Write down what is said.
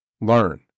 learn